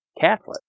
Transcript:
Catholic